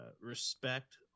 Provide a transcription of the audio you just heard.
respect